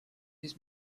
his